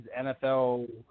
NFL